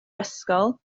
ysgol